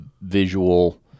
visual